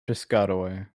piscataway